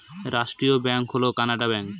রাষ্ট্রায়ত্ত ব্যাঙ্ক হল কানাড়া ব্যাঙ্ক